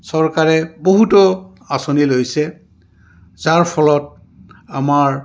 চৰকাৰে বহুতো আঁচনি লৈছে যাৰ ফলত আমাৰ